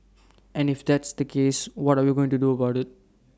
and if that's the case what are we going to do about IT